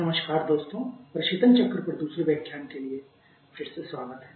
नमस्कार दोस्तों प्रशीतन चक्र पर दूसरे व्याख्यान के लिए फिर से स्वागत है